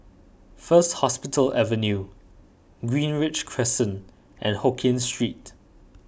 First Hospital Avenue Greenridge Crescent and Hokkien Street